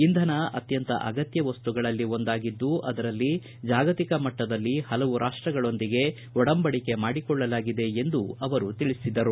ಇಂಧನ ಅತ್ಯಂತ ಅಗತ್ಯ ಮಸ್ತುಗಳಲ್ಲಿ ಒಂದಾಗಿದ್ದು ಅದರಲ್ಲಿ ಜಾಗತಿಕ ಮಟ್ಟದಲ್ಲಿ ಹಲವು ರಾಷ್ಟಗಳೊಂದಿಗೆ ಒಡಂಬಡಿಕೆ ಮಾಡಿಕೊಳ್ಳಲಾಗಿದೆ ಎಂದು ಅವರು ತಿಳಿಸಿದರು